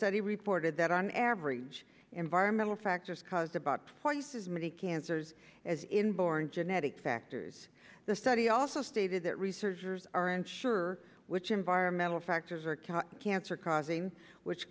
study reported that on average environmental factors cause about forty says many cancers as inborn genetic factors the study also stated that researchers aren't sure which environmental factors are cancer causing which